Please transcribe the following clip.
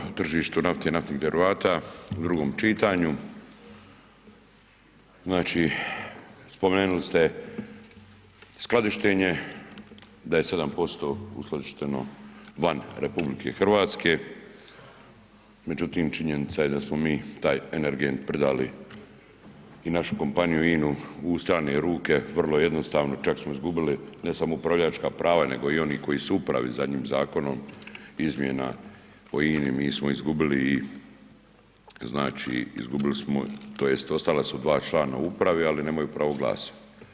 Zakon o tržištu nafte i naftnih derivata u drugom čitanju, znači spomenuli ste skladištenje, da je 7% uskladišteno van RH međutim činjenica je da smo mi taj energent predali i našu kompaniju INA-u u strane ruke, vrlo jednostavno, čak smo izgubili ne samo upravljačka prava nego i oni koji su u upravi zadnjim zakonom izmjena po INA-i, mi smo izgubili i znači izgubili tj. ostala su dva člana u upravi ali nemaju pravo glasa.